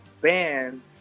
band